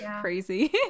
crazy